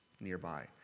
nearby